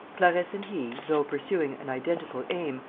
clarisse and he, though pursuing an identical aim,